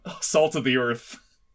salt-of-the-earth